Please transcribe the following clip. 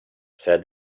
said